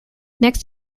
next